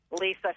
Lisa